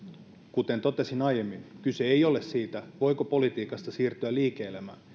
kuten totesin aiemmin kyse ei ole siitä voiko politiikasta siirtyä liike elämään